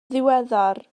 ddiweddar